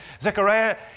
Zechariah